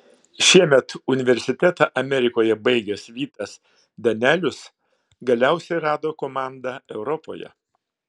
šiemet universitetą amerikoje baigęs vytas danelius galiausiai rado komandą europoje